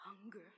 hunger